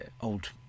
old